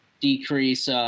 decrease